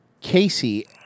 Casey